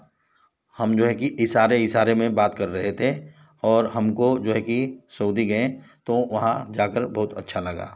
हम जो है कि इशारे इशारे में बात कर रहे थे और हमको जो है कि सऊदी गए तो वहाँ जा कर बहुत अच्छा लगा